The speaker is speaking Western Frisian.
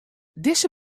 dizze